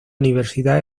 universidad